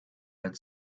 had